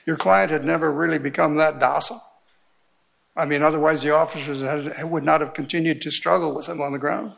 your client had never really become that docile i mean otherwise the officers and i would not have continued to struggle with them on the ground